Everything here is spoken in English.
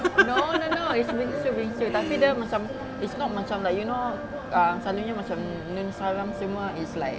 no no no it's bingsoo bingsoo tapi dia macam it's not macam like you know err selalunya macam it's like